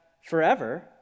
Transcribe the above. forever